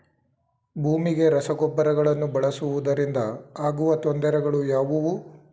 ಭೂಮಿಗೆ ರಸಗೊಬ್ಬರಗಳನ್ನು ಬಳಸುವುದರಿಂದ ಆಗುವ ತೊಂದರೆಗಳು ಯಾವುವು?